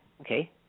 okay